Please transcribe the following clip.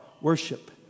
worship